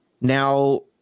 now